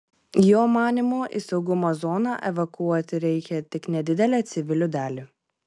jo manymu į saugumo zoną evakuoti reikia tik nedidelę civilių dalį